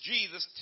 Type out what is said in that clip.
Jesus